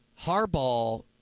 Harbaugh